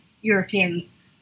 Europeans